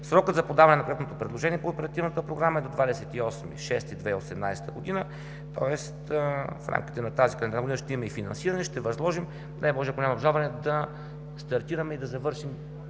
Срокът за подаване на проектното предложение по Оперативната програма е до 28 юни 2018 г., тоест в рамките на тази календарна година ще имаме финансиране и ще възложим. Ако няма обжалване, ще стартираме и ще завършим